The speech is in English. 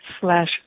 slash